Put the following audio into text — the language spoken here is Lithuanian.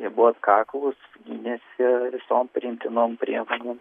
jie buvo atkaklūs gynėsi visom priimtinom priemonėm